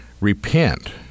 repent